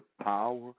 power